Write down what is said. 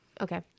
Okay